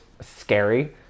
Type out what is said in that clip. scary